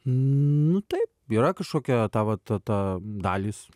nu taip yra kažkokia ta vat ta dalys